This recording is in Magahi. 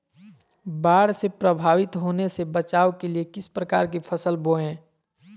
बाढ़ से प्रभावित होने से बचाव के लिए किस प्रकार की फसल बोए?